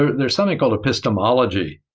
ah there's something called epistemology,